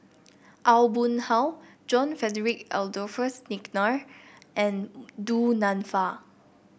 Aw Boon Haw John Frederick Adolphus McNair and Du Nanfa